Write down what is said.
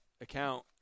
account